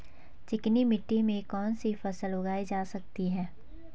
चिकनी मिट्टी में कौन सी फसल उगाई जा सकती है?